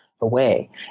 away